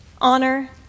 honor